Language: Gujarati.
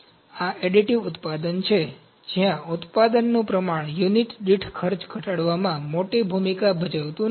તેથી આ એડિટિવ ઉત્પાદન છે જ્યાં ઉત્પાદનનું પ્રમાણ યુનિટ દીઠ ખર્ચ ઘટાડવામાં મોટી ભૂમિકા ભજવતું નથી